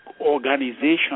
organization